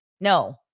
No